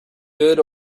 good